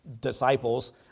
disciples